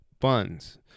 buns